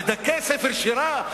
לדכא ספר שירה?